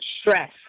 stress